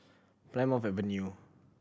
Plymouth Avenue